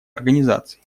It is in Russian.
организаций